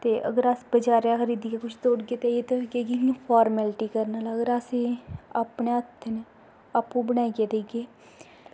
ते अगर अस बजारै दा खरीदियै कुछ देई ओड़गे ते केह् फार्मेलिटी करनी कि असें अपने हत्थें आपूं बनाइयै देगी